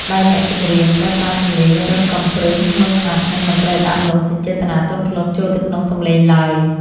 ដោយអ្នកចម្រៀងត្រូវប្រើសម្លេងរឹងកំព្រឹស ម៉ឺងម៉ាត់ និងមិនត្រូវដាក់មនោសញ្ចេតនាទន់ភ្លន់ចូលទៅក្នុងសម្លេងឡើយ។